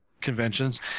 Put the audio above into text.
conventions